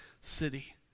city